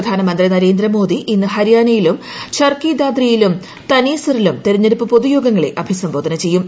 പ്രധാനമന്ത്രി നരേന്ദ്രമോദി ഇന്ന് ഹരിയാനയിലും ഛർക്കി ദാദ്രിയിലും തനേസറിലും തെരഞ്ഞെട്ടൂപ്പ് പൊതുയോഗങ്ങളെ അഭിസംബോധന ചെയ്യും